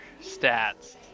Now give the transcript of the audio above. stats